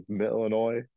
Illinois